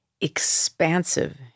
expansive